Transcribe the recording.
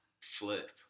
flip